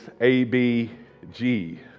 A-B-G